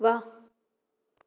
वाह